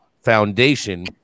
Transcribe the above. foundation